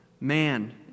man